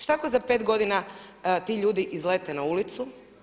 Šta ako za 5 g. ti ljudi izlete na ulicu?